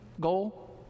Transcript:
goal